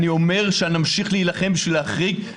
אני אומר שנמשיך להילחם בשביל להחריג.